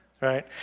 Right